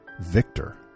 victor